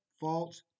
false